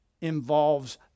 involves